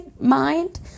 mind